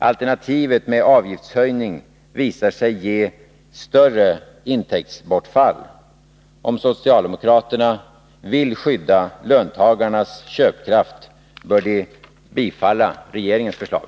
Alternativet med avgiftshöjning visar sig ge större intäktsbortfall. Om socialdemokraterna vill skydda löntagarnas köpkraft bör de bifalla regeringens förslag.